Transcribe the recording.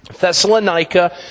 Thessalonica